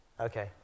Okay